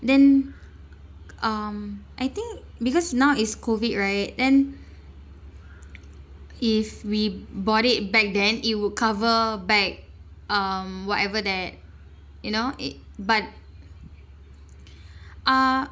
then um I think because now is COVID right then if we bought it back then it would cover back um whatever that you know i~ but uh